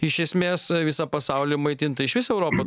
iš esmės visą pasaulį maitinti tai iš viso europa